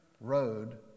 road